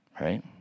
Right